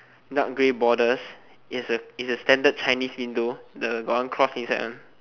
dark gray borders it has a~ it has a standard chinese window the got one cross inside one